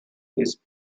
with